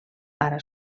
ara